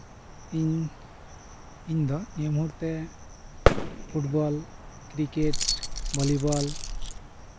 ᱤᱧ ᱤᱧ ᱫᱚ ᱱᱤᱭᱟᱹ ᱢᱩᱦᱩᱨᱛᱮ ᱯᱷᱩᱴᱵᱚᱞ ᱠᱨᱤᱠᱮᱴ ᱵᱷᱚᱞᱤᱵᱚᱞ